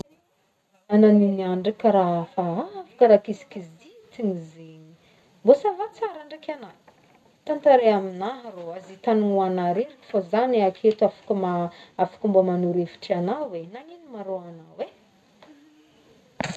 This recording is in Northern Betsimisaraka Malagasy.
Agna gny niagny ndraiky karaha hafahafa karaha kizikizintigny zegny, mbô ça va tsara ndraiky agna, tantaray amigna ah rô aza hintanimoagna rery fô za ne aketo afaka ma- afaka mbô magnoro hevitry hevitry agnao e, nagnigno ma rô agnao e.